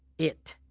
it.